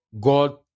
God